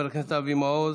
לחבר הכנסת אבי מעוז.